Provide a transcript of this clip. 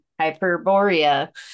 Hyperborea